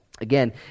Again